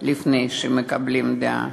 לפני שמקבלים דעה,